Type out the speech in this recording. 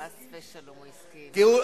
הוא הסכים ששני חברי כנסת,